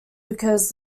because